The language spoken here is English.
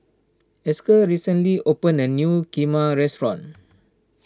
Esker recently opened a new Kheema restaurant